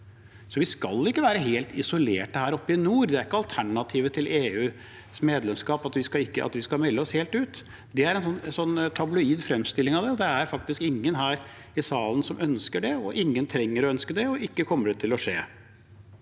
Vi skal ikke være helt isolert her oppe i nord. Det er ikke alternativet til EU-medlemskapet at vi skal melde oss helt ut. Det er en tabloid fremstilling av det. Det er faktisk ingen her i salen som ønsker det, ingen trenger å ønske det, og ikke kommer det til å skje.